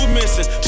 missing